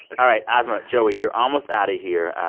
all right. asma, joey, you're almost out of here.